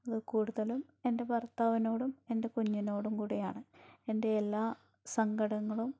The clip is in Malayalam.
കൂടുതലും എൻ്റെ ഭർത്താവിനോടും എൻ്റെ കുഞ്ഞിനോടും കൂടെ ആണ് എൻ്റെ എല്ലാ സങ്കടങ്ങളും